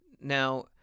Now